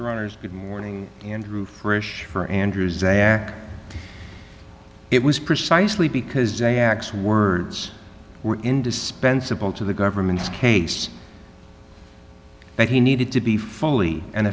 honors good morning andrew frisch for andrew's there it was precisely because a x words were indispensable to the government's case that he needed to be fully and